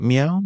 Meow